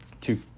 two